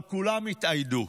אבל כולם התאיידו.